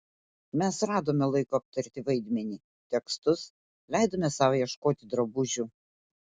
mes radome laiko aptarti vaidmenį tekstus leidome sau ieškoti drabužių